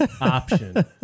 option